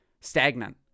stagnant